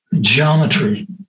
geometry